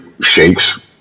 shakes